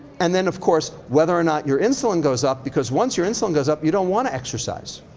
and then of course whether or not your insulin goes up because once your insulin goes up, you don't wanna exercise.